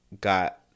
got